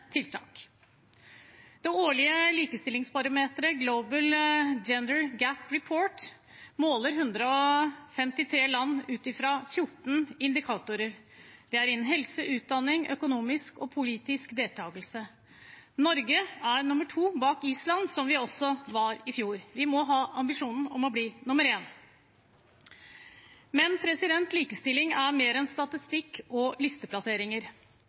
tiltak. Det årlige likestillingsbarometeret, Global Gender Gap Report, måler 153 land ut fra 14 indikatorer. Det er innen helse, utdanning og økonomisk og politisk deltakelse. Norge er nummer to, bak Island, som vi også var i fjor. Vi må ha ambisjon om å bli nummer én. Men likestilling er mer enn statistikk og listeplasseringer.